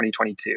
2022